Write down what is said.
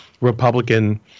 Republican